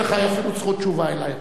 אין לך זכות תשובה אלי עכשיו.